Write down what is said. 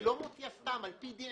היא לא מוציאה סתם אלא על פי דין,